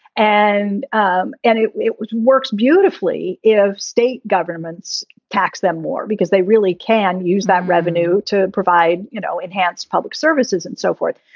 and um and it works beautifully if state governments tax them more because they really can use that revenue to provide, you know, enhanced public services and so forth.